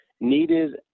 needed